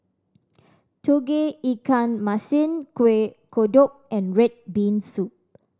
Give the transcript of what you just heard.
Tauge Ikan Masin Kueh Kodok and red bean soup